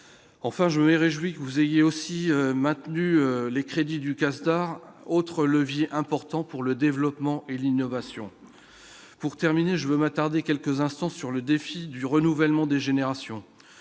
enfin, je me réjouis que vous ayez aussi maintenu les crédits du castor autre levier important pour le développement et l'innovation, pour terminer, je veux m'attarder quelques instants sur le défi du renouvellement des générations,